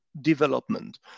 development